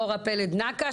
אורה פלד נקש,